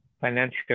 Financial